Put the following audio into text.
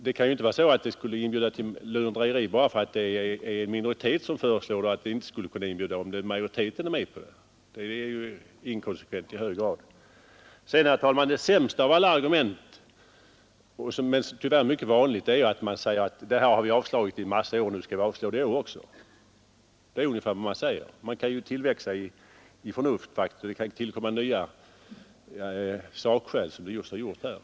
Det kan ju inte vara så att en uppmjukning skall inbjuda till lurendrejeri bara för att det är en minoritet som föreslår den och att den inte skulle inbjuda till sådant om majoriteten var med på den det vore inkonsekvent i hög grad. Herr talman! Det sämsta av alla argument, som tyvärr är mycket vanligt, är att man säger att detta har vi avslagit i en massa år, nu skall vi avslå det i år också. Det är ungefär vad man säger. Men man kan faktiskt tillväxa i förnuft, och det kan tillkomma nya sakskäl, som det just har gjort här.